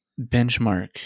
Benchmark